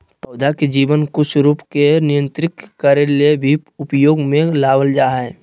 पौधा के जीवन कुछ रूप के नियंत्रित करे ले भी उपयोग में लाबल जा हइ